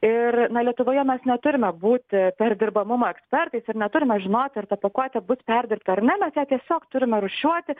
ir na lietuvoje mes neturime būti perdirbamumo ekspertais ir neturime žinoti ar ta pakuotė bus perdirbta ar ne tiesiog turime rūšiuoti